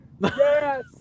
yes